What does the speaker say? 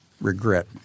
regret